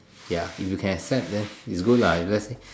ya if you can accept then is good lah if let's say